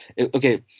okay